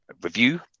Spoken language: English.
review